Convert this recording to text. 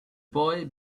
boy